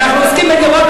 ואנחנו עוסקים בדירות,